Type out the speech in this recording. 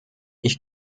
ich